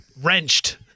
wrenched